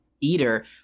eater